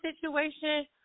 situation